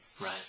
Right